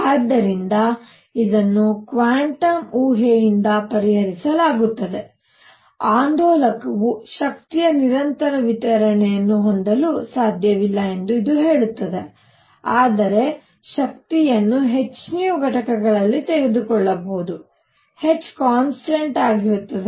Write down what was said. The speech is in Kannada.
ಆದ್ದರಿಂದ ಇದನ್ನು ಕ್ವಾಂಟಮ್ ಊಹೆಯಿಂದ ಪರಿಹರಿಸಲಾಗುತ್ತದೆ ಆಂದೋಲಕವು ಶಕ್ತಿಯ ನಿರಂತರ ವಿತರಣೆಯನ್ನು ಹೊಂದಲು ಸಾಧ್ಯವಿಲ್ಲ ಎಂದು ಇದು ಹೇಳುತ್ತದೆ ಆದರೆ ಶಕ್ತಿಯನ್ನು h ಘಟಕಗಳಲ್ಲಿ ತೆಗೆದುಕೊಳ್ಳಬಹುದು h ಕಾನ್ಸ್ಟಂಟ್ ಆಗಿರುತ್ತದೆ